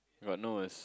got nose